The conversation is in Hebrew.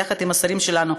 יחד עם השרים שלנו,